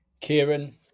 Kieran